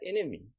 enemy